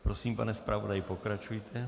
Prosím, pane zpravodaji, pokračujte.